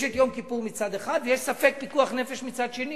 יש יום כיפור מצד אחד, ויש ספק פיקוח נפש מצד שני.